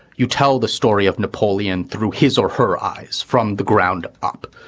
you tell the story of napoleon through his or her eyes from the ground up.